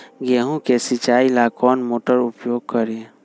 गेंहू के सिंचाई ला कौन मोटर उपयोग करी?